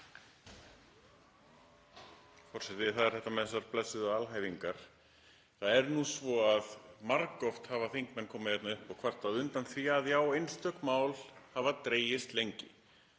Það er nú svo að margoft hafa þingmenn komið hérna upp og kvartað undan því að já, einstök mál hafi dregist lengi.